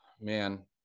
Man